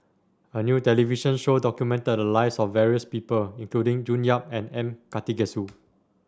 a new television show documented the lives of various people including June Yap and M Karthigesu